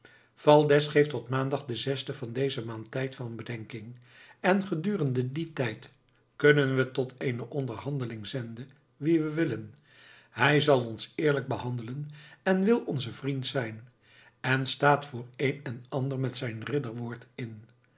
valdez geeft ons tot maandag den zesden van deze maand tijd van bedenking en gedurende dien tijd kunnen we tot eene onderhandeling zenden wie we willen hij zal ons eerlijk behandelen en wil onze vriend zijn en staat voor een en ander met zijn ridderwoord in